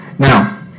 Now